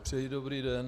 Přeji dobrý den.